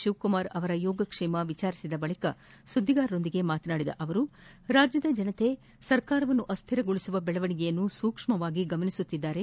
ಶಿವಕುಮಾರ್ ಅವರ ಯೋಗ ಕ್ಷೇಮ ವಿಚಾರಿಸಿದ ಬಳಿಕ ಸುದ್ದಿಗಾರರೊಂದಿಗೆ ಮಾತನಾಡಿದ ಅವರು ರಾಜ್ಯದ ಜನತೆ ಸರ್ಕಾರವನ್ನು ಅಸ್ಥಿರಗೊಳಿಸುವ ಬೆಳವಣಿಗೆಯನ್ನು ಸೂಕ್ಷ್ಮವಾಗಿ ಗಮನಿಸುತ್ತಿದ್ದಾರೆ